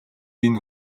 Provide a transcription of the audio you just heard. энэ